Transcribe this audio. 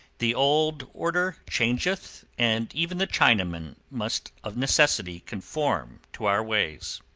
the old order changeth, and even the chinaman must of necessity conform to our ways.